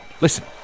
Listen